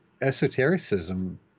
esotericism